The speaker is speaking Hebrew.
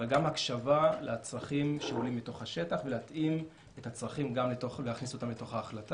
וגם הקשבה לצרכים שעולים מתוך השטח ולהכניס את הצרכים לתוך ההחלטה.